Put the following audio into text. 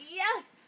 yes